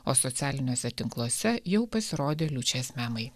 o socialiniuose tinkluose jau pasirodė liučės memai